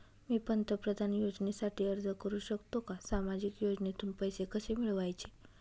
मी पंतप्रधान योजनेसाठी अर्ज करु शकतो का? सामाजिक योजनेतून पैसे कसे मिळवायचे